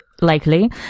likely